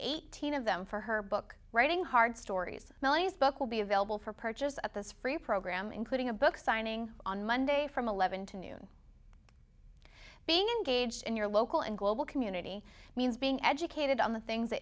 eighteen of them for her book writing hard stories millions book will be available for purchase at this free program including a book signing on monday from eleven to noon being engaged in your local and global community means being educated on the things that